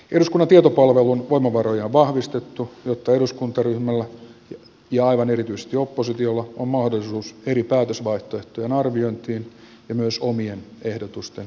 eduskunnan tietopalvelun voimavaroja on vahvistettu jotta eduskuntaryhmillä ja aivan erityisesti oppositiolla on mahdollisuus eri päätösvaihtoehtojen arviointiin ja myös omien ehdotusten tuottamiseen